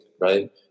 right